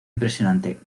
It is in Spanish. impresionante